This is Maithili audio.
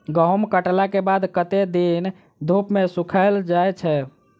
गहूम कटला केँ बाद कत्ते दिन धूप मे सूखैल जाय छै?